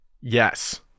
Yes